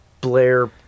Blair